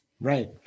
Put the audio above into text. Right